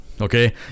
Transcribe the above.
Okay